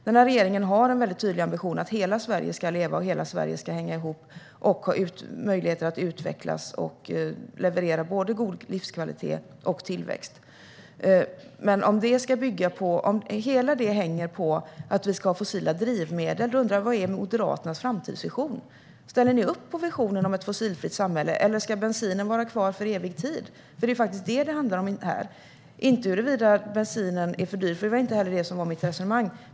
Den här regeringen har en tydlig ambition att hela Sverige ska leva och att hela Sverige ska hänga ihop och ha möjlighet att utvecklas och leverera både god livskvalitet och tillväxt. Men om det hänger på att vi ska ha fossila drivmedel undrar jag vad som är Moderaternas framtidsvision. Ställer ni upp på visionen om ett fossilfritt samhälle, eller ska bensinen vara kvar för evig tid? Det är faktiskt det som det handlar om här och inte huruvida bensinen är för dyr, vilket inte heller var mitt resonemang.